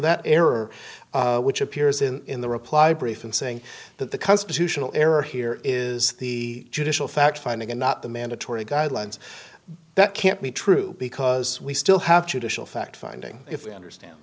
that error which appears in the reply brief in saying that the constitutional error here is the judicial fact finding and not the mandatory guidelines that can't be true because we still have to dish a fact finding if we understand